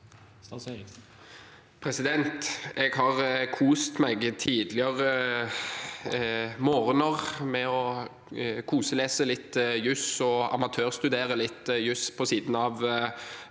Jeg har kost meg tidligere morgener med å lese litt juss og amatørstudere litt juss på siden av